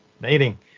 meeting